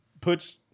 puts